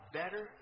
better